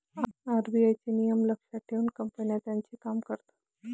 RBI चे नियम लक्षात घेऊन कंपन्या त्यांचे काम करतात